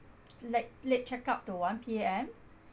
late late check out to one P_M